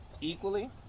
Equally